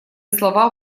слова